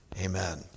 Amen